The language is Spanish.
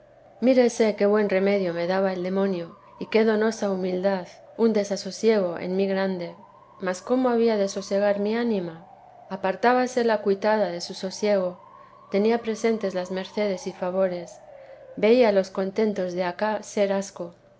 mírese qué buen remedio me daba el demonio y qué donosa humildad un desasosiego en mi grande mas cómo había de sosegar mi ánima apartábase la cuitada de su sosiego tenía presentes las mercedes y favores veía los contentos de acá ser asco